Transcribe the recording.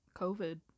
COVID